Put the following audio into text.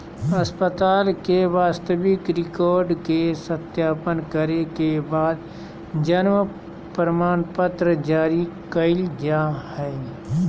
अस्पताल के वास्तविक रिकार्ड के सत्यापन करे के बाद जन्म प्रमाणपत्र जारी कइल जा हइ